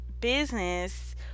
business